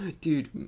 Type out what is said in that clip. Dude